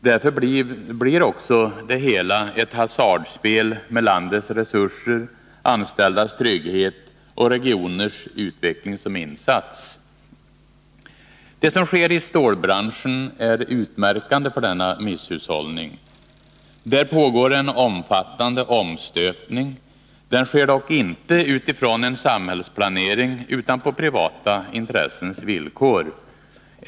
Därför blir också det hela ett hasardspel med landets resurser, anställdas trygghet och regioners utveckling som insats. Det som sker i stålbranschen är utmärkande för denna misshushållning. Där pågår en omfattande omstöpning. Den sker dock inte utifrån en samhällsplanering utan på privata intressens villkor.